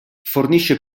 fornisce